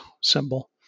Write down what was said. symbol